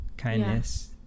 kindness